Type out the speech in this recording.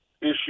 issue